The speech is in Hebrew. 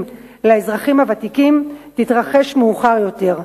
לאזרחים הוותיקים תתרחש מאוחר יותר.